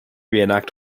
reenact